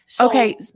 okay